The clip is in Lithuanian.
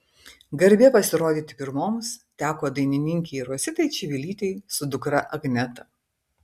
garbė pasirodyti pirmoms teko dainininkei rositai čivilytei su dukra agneta